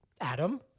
Adam